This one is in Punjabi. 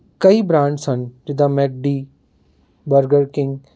ਕਈ ਬ੍ਰਾਂਡਸ ਹਨ ਜਿੱਦਾਂ ਮੈੱਕਡੀ ਬਰਗਰ ਕਿੰਗ